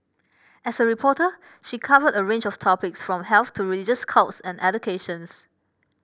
as a reporter she covered a range of topics from health to religious cults and educations